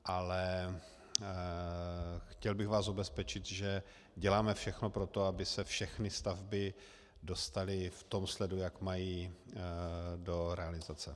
Ale chtěl bych vás ubezpečit, že děláme všechno pro to, aby se všechny stavby dostaly v tom sledu, jak mají, do realizace.